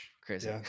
crazy